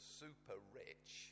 super-rich